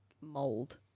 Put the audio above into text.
mold